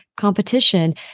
competition